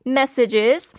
messages